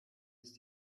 ist